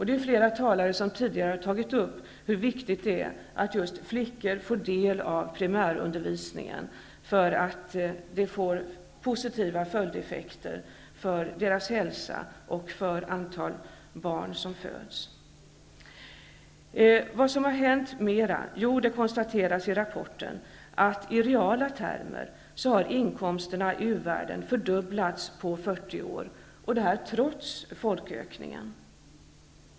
Det är flera talare som tidigare har tagit upp hur viktigt det är att just flickor får del av primärundervisningen. Det får positiva följdeffekter för deras hälsa och när det gäller det antal barn som föds. Det konstateras i rapporten att inkomsterna i uvärlden har fördubblats i reala termer på 40 år. Detta trots folkökningen.